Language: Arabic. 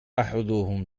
أحدهم